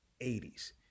80s